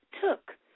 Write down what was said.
took